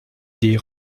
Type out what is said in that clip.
des